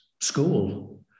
school